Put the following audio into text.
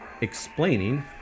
explaining